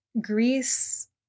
Greece